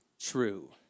true